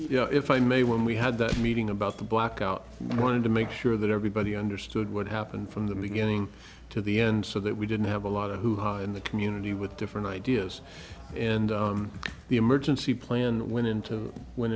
you know if i may when we had that meeting about the blackout i wanted to make sure that everybody understood what happened from the beginning to the end so that we didn't have a lot of hoo ha in the community with different ideas and the emergency plan went into went